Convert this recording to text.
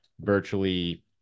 virtually